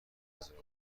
حاضران